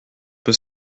peu